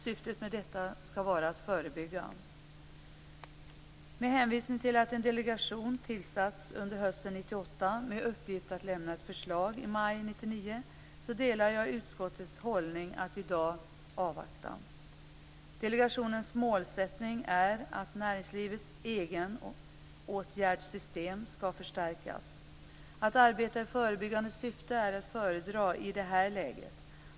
Syftet med detta är att verka förebyggande. Med hänvisning till att en delegation tillsatts under hösten 1998 med uppgift att lämna ett förslag i maj 1999, delar jag utskottets hållning att i dag avvakta. Delegationens mål är att näringslivets egenåtgärdssystem skall förstärkas. Att arbeta i förebyggande syfte är att föredra i det här läget.